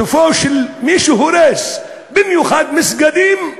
סופו של מי שהורס, במיוחד מסגדים,